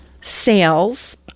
sales